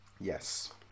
Yes